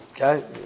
Okay